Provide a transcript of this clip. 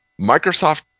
Microsoft